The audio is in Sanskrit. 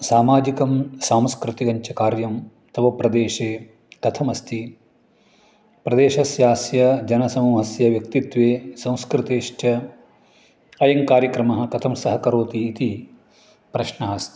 सामाजिकं सांस्कृतिकं च कार्यं तव प्रदेशे कथमस्ति प्रदेशस्यास्य जनसमूहस्य व्यक्तित्वे संस्कृतिश्च अयं कार्यक्रमः कथं सहकरोतीति प्रश्नः अस्ति